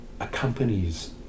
accompanies